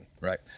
right